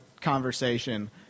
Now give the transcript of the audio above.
conversation